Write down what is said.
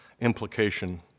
implication